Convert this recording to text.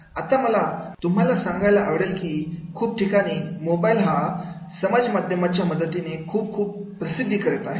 आता मला तुमच्याशी सांगायला आवडेल की खूप ठिकाणी मोबाईल हा समाज माध्यमाच्या मदतीने खूप खूप प्रसिद्ध करत आहे